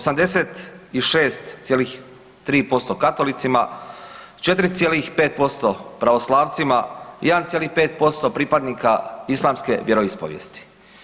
86,3% katolicima, 4,5% pravoslavcima, 1,5% pripadnika islamske vjeroispovijesti.